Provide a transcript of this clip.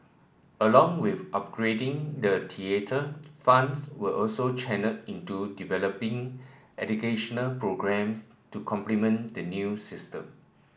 along with upgrading the theatre funds were also channelled into developing educational programmes to complement the new system